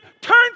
turn